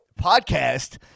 podcast